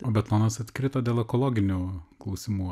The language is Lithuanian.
betonas atkrito dėl ekologinių klausimų